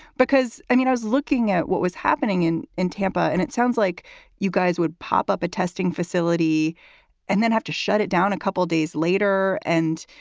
because, i mean, i was looking at what was happening in in tampa. and it sounds like you guys would pop up a testing facility and then have to shut it down a couple of days later. and,